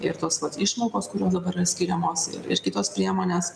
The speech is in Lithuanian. ir tos išmokos kurios dabar yra skiriamos ir kitos priemonės